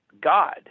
God